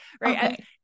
right